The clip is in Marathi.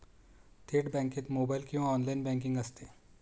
थेट बँकेत मोबाइल किंवा ऑनलाइन बँकिंग असते